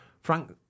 Frank